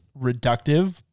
reductive